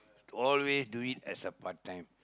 always do it as a part-time